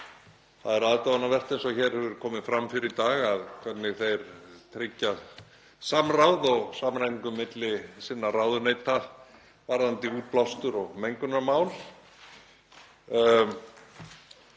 Það er aðdáunarvert, eins og hér hefur komið fram fyrr í dag, hvernig þeir tryggja samráð og samræmingu milli sinna ráðuneyta varðandi útblástur og mengunarmál.